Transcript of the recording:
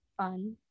fun